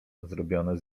zrobione